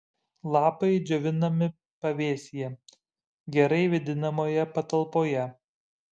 lapai džiovinami pavėsyje gerai vėdinamoje patalpoje